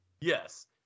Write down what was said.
Yes